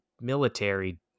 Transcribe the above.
military